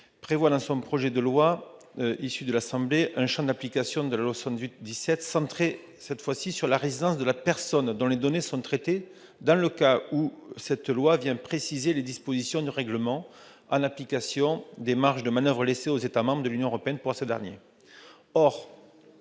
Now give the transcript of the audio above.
prévoit, dans la version du projet de loi adoptée par l'Assemblée nationale, un champ d'application de la loi de 1978 centré sur la résidence de la personne dont les données sont traitées, dans les cas où cette loi vient préciser les dispositions du règlement en application des marges de manoeuvre laissées aux États membres de l'Union européenne par ce dernier.